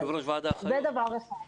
זה דבר אחד.